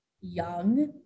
young